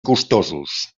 costosos